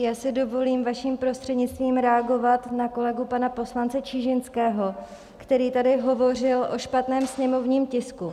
Já si dovolím vaším prostřednictvím reagovat na kolegu pana poslance Čižinského, který tady hovořil o špatném sněmovním tisku.